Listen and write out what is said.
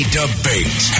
debate